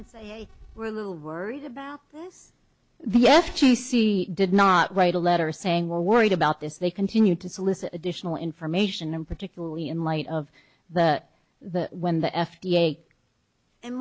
and say we're a little worried about this the yet you see did not write a letter saying we're worried about this they continued to solicit additional information and particularly in light of but the when the f d a and